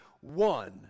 one